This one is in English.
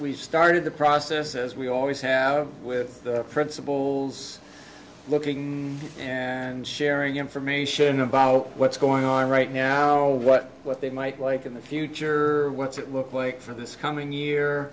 we started the process as we always have with the principals looking and sharing information about what's going on right now what what they might like in the future what's it look like for this coming year